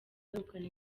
kwegukana